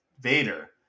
vader